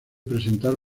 presentar